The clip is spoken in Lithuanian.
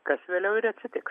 kas vėliau ir atsitiks